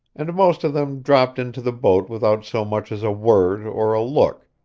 and most of them dropped into the boat without so much as a word or a look,